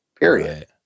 period